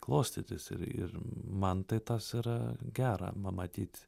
klostytis ir ir man tai tas yra gera pamatyt